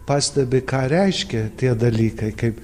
pastebi ką reiškia tie dalykai kaip